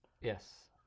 Yes